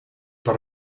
per